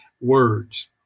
Words